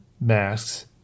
masks